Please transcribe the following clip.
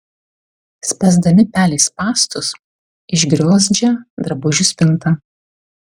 spęsdami pelei spąstus išgriozdžia drabužių spintą